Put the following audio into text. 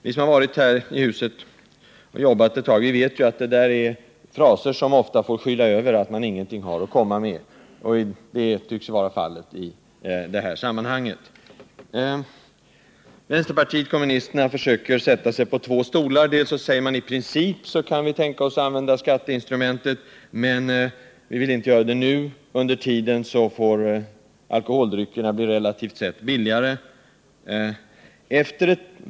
Vi som har jobbat ett tag här i huset vet ju att det där är fraser som ofta får skyla över att man ingenting har att komma med — och det tycks vara fallet i det här sammanhanget. Vänsterpartiet kommunisterna försöker sätta sig på två stolar. Man säger att i princip kan vi tänka oss att använda skatteinstrumentet, men vi vill inte göra det nu. Under tiden får alkoholdryckerna bli relativt sett billigare.